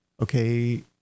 Okay